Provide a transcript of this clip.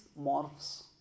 morphs